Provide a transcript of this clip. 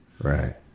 right